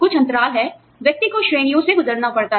कुछ अंतराल है व्यक्ति को श्रेणियों से गुजरना पड़ता है